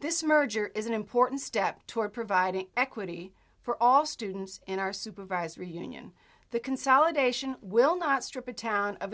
this merger is an important step toward providing equity for all students in our supervisory union the consolidation will not strip a town of